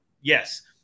Yes